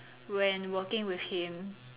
when working with him